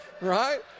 right